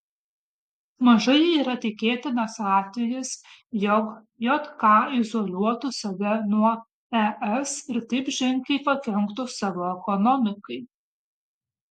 mažai yra tikėtinas atvejis jog jk izoliuotų save nuo es ir taip ženkliai pakenktų savo ekonomikai